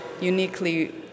uniquely